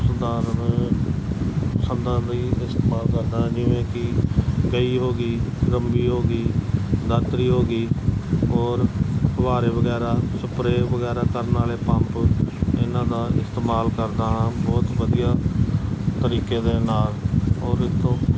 ਸੁਧਾਰ ਦੇ ਸੰਦਾ ਲਈ ਇਸਤੇਮਾਲ ਕਰਦਾ ਜਿਵੇਂ ਕਿ ਕਹੀ ਹੋ ਗਈ ਰੰਬੀ ਹੋ ਗਈ ਦਾਤਰੀ ਹੋ ਗਈ ਹੋਰ ਫੁਵਾਰੇ ਵਗੈਰਾ ਸਪਰੇ ਵਗੈਰਾ ਕਰਨ ਵਾਲੇ ਪੰਪ ਇਹਨਾਂ ਦਾ ਇਸਤੇਮਾਲ ਕਰਦਾ ਹਾਂ ਬਹੁਤ ਵਧੀਆ ਤਰੀਕੇ ਦੇ ਨਾਲ ਔਰ ਇਸ ਤੋਂ